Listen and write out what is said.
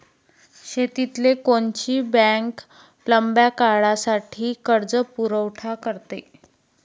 शेतीले कोनची बँक लंब्या काळासाठी कर्जपुरवठा करते?